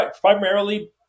primarily